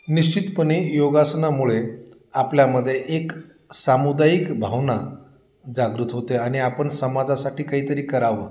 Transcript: निश्चितपणे योगासनामुळे आपल्यामध्ये एक सामुदायिक भावना जागृत होते आणि आपण समाजासाठी काहीतरी करावं